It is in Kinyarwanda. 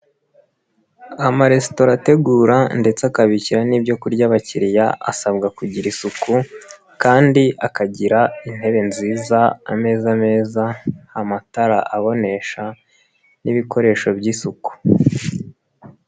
Amaresitora ategura ndetse akabikira n'ibyokurya, abakiriya asabwa kugira isuku kandi akagira intebe nziza ameza meza, amatara abonesha n'ibikoresho by'isuku.